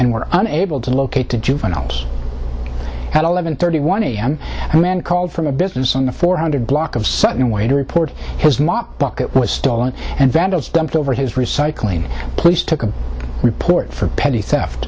and were unable to locate to juveniles at eleven thirty one am a man called from a business on the four hundred block of sutton way to report his mop bucket was stolen and vandals dumped over his recycling police took a report for petty theft